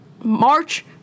March